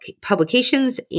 publications